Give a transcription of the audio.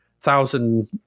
thousand